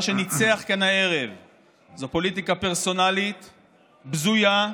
מה שניצח כאן הערב זה פוליטיקה פרסונלית בזויה,